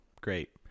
Great